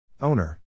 Owner